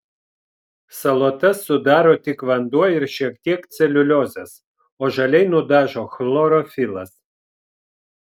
salotas sudaro tik vanduo ir šiek tiek celiuliozės o žaliai nudažo chlorofilas